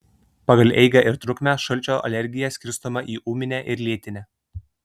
pagal eigą ir trukmę šalčio alergija skirstoma į ūminę ir lėtinę